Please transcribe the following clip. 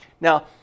Now